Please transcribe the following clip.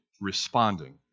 responding